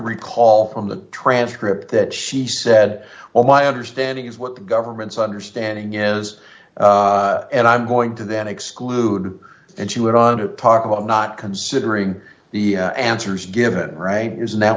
recall from the transcript that she said well my understanding is what the government's understanding is and i'm going to then exclude and she went on to talk about not considering the answers given right is that